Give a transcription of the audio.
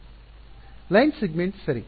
ಸಾಲು ವಿಭಾಗಗಳು line segment ಸರಿ